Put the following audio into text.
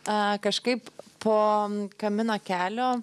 a kažkaip po m kamino kelio